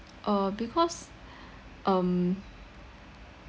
uh because um